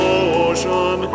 ocean